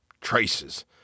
traces